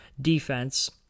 defense